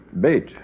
Bait